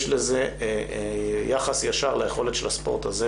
יש לזה יחס ישר ליכולת של הספורט הזה,